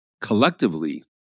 Collectively